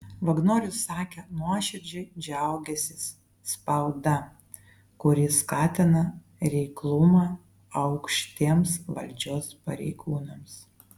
vagnorius sakė nuoširdžiai džiaugiąsis spauda kuri skatina reiklumą aukštiems valdžios pareigūnams